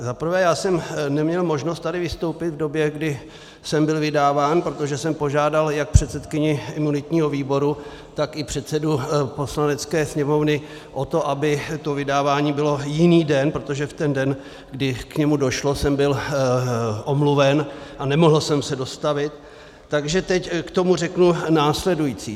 Za prvé, já jsem neměl možnost tady vystoupit v době, kdy jsem byl vydáván, protože jsem požádal jak předsedkyni imunitního výboru, tak i předsedu Poslanecké sněmovny o to, aby to vydávání bylo jiný den, protože v ten den, kdy k němu došlo, jsem byl omluven a nemohl jsem se dostavit, takže teď k tomu řeknu následující.